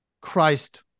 Christ